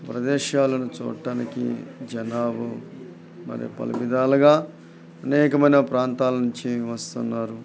ప్రదేశాలను చూట్టానికి జనాలు మరి పలు విధాలుగా అనేకమైన ప్రాంతాల నుంచి వస్తున్నారు